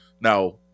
Now